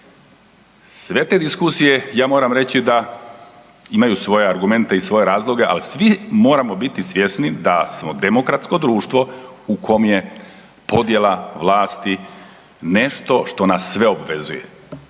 Sve te diskusije ja moram reći da imaju svoje argumente i svoje razloge ali svi moramo biti svjesni da smo demokratsko društvo u kom je podjela vlasti nešto što nas sve obvezuje.